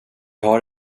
har